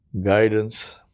guidance